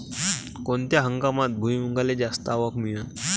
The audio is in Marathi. कोनत्या हंगामात भुईमुंगाले जास्त आवक मिळन?